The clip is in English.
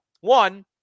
One